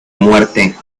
muerte